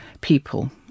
people